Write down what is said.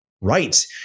right